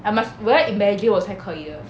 I must 我要 imagine 我才可以的